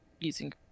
using